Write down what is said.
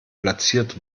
platziert